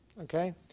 Okay